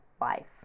life